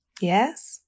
Yes